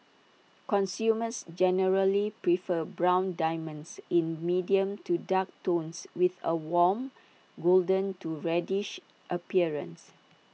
consumers generally prefer brown diamonds in medium to dark tones with A warm golden to reddish appearance